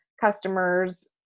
customers